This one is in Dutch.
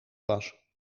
was